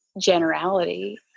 generality